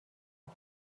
رفت